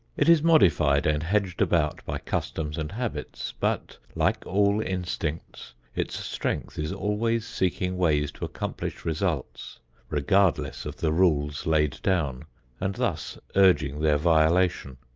it is modified and hedged about by customs and habits but, like all instincts, its strength is always seeking ways to accomplish results regardless of the rules laid down and thus urging their violation.